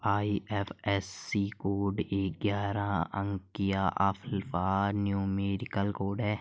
IFSC code एक ग्यारह अंकीय अल्फा न्यूमेरिक कोड है